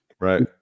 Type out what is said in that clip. Right